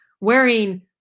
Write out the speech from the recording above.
wearing